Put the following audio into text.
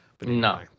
No